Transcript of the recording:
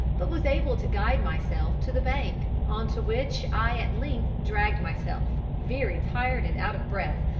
but was able to guide myself to the bank, on to which i at length dragged myself, very tired and out of breath,